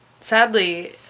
sadly